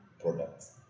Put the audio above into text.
products